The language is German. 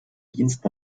dienst